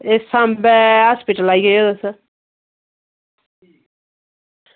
एह् सांबा हॉस्पिटल आई जायो तुस